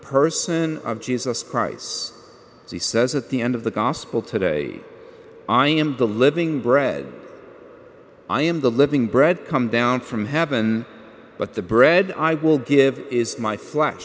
person of jesus christ's as he says at the end of the gospel today i am the living bread i am the living bread come down from heaven but the bread i will give is my fl